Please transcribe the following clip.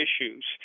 issues